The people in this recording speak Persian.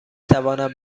توانم